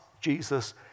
Jesus